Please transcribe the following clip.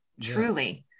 truly